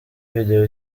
video